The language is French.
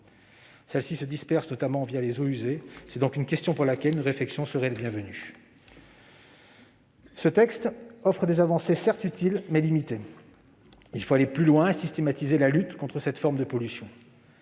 qui se dispersent notamment les eaux usées. C'est une question pour laquelle une réflexion serait bienvenue. Ce texte offre des avancées certes utiles, mais limitées. Il faut aller plus loin et systématiser la lutte contre cette forme de pollution.